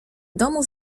domu